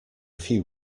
few